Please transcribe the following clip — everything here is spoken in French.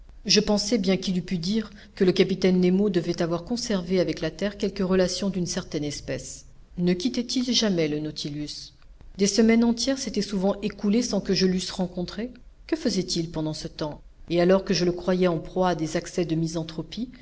je pensais bien qu'il eût pu dire que le capitaine nemo devait avoir conservé avec la terre quelques relations d'une certaine espèce ne quittait il jamais le nautilus des semaines entières s'étaient souvent écoulées sans que je l'eusse rencontré que faisait-il pendant ce temps et alors que je le croyais en proie à des accès de